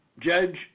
judge